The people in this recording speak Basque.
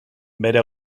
bere